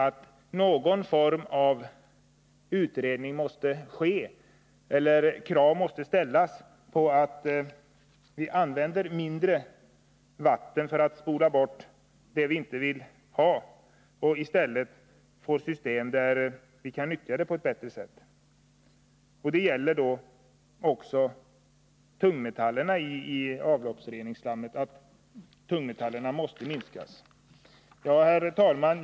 Vi måste kräva system där vi använder mindre mängder vatten än i dag för att spola bort sådant som vi inte vill ha kvar, och vi måste få system som möjliggör för oss att nyttja avfallet på ett bättre sätt. Det gäller också att minska de halter av tungmetaller som förekommer i avloppsslammet. Herr talman!